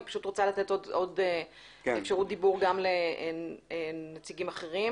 אני רוצה לתת עוד אפשרות דיבור לנציגים אחרים.